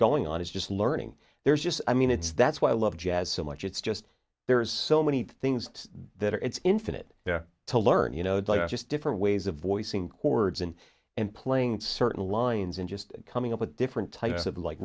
going on is just learning there's just i mean it's that's why i love jazz so much it's just there's so many things that are it's infinite there to learn you know just different ways of voicing chords and and playing certain lines and just coming up with different types of like